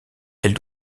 elle